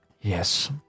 Yes